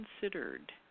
considered